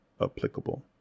applicable